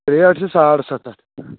rate چھِ ساڑ سَتھ ہتھ